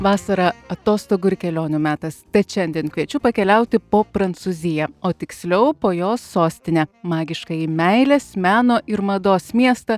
vasara atostogų ir kelionių metas tad šiandien kviečiu pakeliauti po prancūziją o tiksliau po jos sostinę magiškąjį meilės meno ir mados miestą